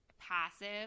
passive